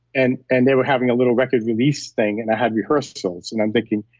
and and they were having a little record release thing and i had rehearsals. and i'm thinking,